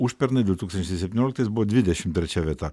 užpernai du tūkstančiai septynioliktais buvo dvidešimt trečia vieta